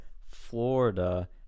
Florida